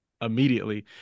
immediately